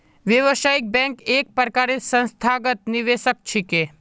व्यावसायिक बैंक एक प्रकारेर संस्थागत निवेशक छिके